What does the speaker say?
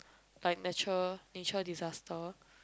like natural nature disaster